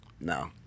no